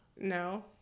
No